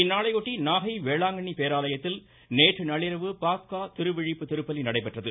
இந்நாளையொட்டி நாகை வேளாங்கண்ணி பேராலயத்தில் நேற்று நள்ளிரவு பாஸ்கா திருவிழிப்பு திருப்பலி நடைபெற்றது